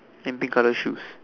and pink colour shoes